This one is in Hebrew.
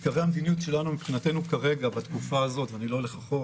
עיקרי המדיניות שלנו כרגע בתקופה הזאת ואני לא הולך אחורה,